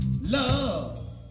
love